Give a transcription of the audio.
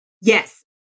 Yes